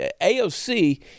AOC